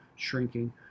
shrinking